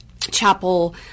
chapel